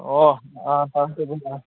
ꯑꯣ ꯑꯥ